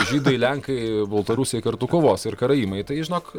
žydai lenkai baltarusiai kartu kovos ir karaimai tai žinok